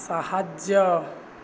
ସାହାଯ୍ୟ